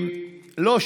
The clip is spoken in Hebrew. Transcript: לא.